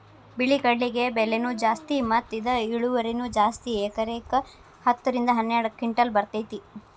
ಬಿಳಿ ಕಡ್ಲಿಗೆ ಬೆಲೆನೂ ಜಾಸ್ತಿ ಮತ್ತ ಇದ ಇಳುವರಿನೂ ಜಾಸ್ತಿ ಎಕರೆಕ ಹತ್ತ ರಿಂದ ಹನ್ನೆರಡು ಕಿಂಟಲ್ ಬರ್ತೈತಿ